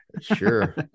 Sure